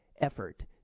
effort